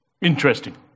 Interesting